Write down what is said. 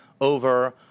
over